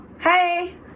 Hey